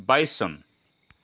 বাইছ চন